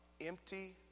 empty